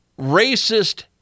racist